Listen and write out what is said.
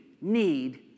need